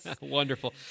Wonderful